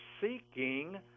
seeking